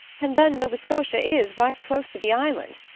and then nova scotia is right close to the island.